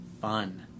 fun